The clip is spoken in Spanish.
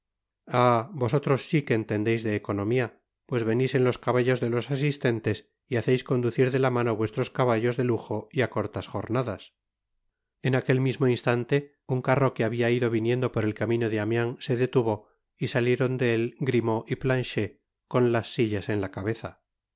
vosotros si que entendeis de economia pues venis en los cabal los de los asistentes y haceis conducir de la mano vuestros caballos de lujo y á cortas jornadas i en aquel mismo instante un carro que habia ido viniendo por el camino de amiens se detuvo y salieron de él grimaud y planchet con las sillas en la cabeza